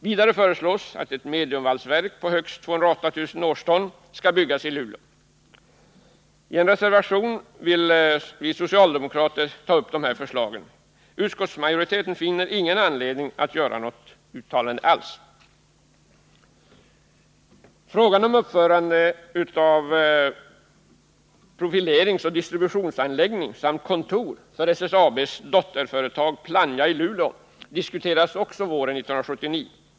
Vidare föreslås att ett mediumvalsverk på högst 208 000 årston skall byggas i Luleå. I en reservation vill vi socialdemokrater ta upp de här förslagen. Utskottsmajoriteten finner ingen anledning att göra något uttalande alls. Frågan om uppförande av en profileringsoch distributionsanläggning samt kontor för SSAB:s dotterföretag Plannja i Luleå diskuterades också våren 1979.